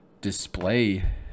display